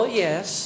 yes